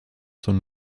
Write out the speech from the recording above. son